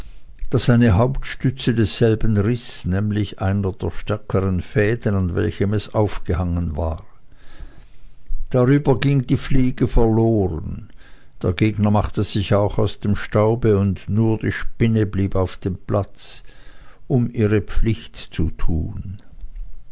daß eine hauptstütze desselben zerriß nämlich einer der stärkeren fäden an welchen es aufgehangen war darüber ging die fliege verloren der gegner machte sich auch aus dem staube und nur die spinne blieb auf dem platze um ihre pflicht zu tun